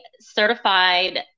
certified